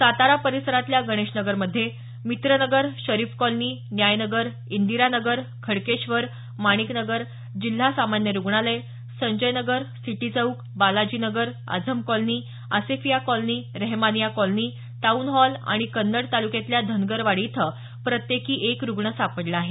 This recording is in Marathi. सातारा परिसरातल्या गणेश नगरमध्ये मित्र नगर शरीफ कॉलनी न्याय नगर इंदिरा नगर खडकेश्वर माणिक नगर जिल्हा सामान्य रुग्णालय Sanjay Nagar city Chowk Balaji Nagar Azam colony Asefia colony Rahemania colony town hall आणि कन्नड तालुक्यातल्या धनगरवाडी इथं प्रत्येकी एक रुग्ण सापडला आहे